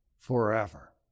Forever